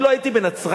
אני לא הייתי בנצרת?